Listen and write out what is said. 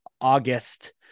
August